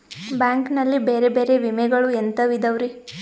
Bank ನಲ್ಲಿ ಬೇರೆ ಬೇರೆ ವಿಮೆಗಳು ಎಂತವ್ ಇದವ್ರಿ?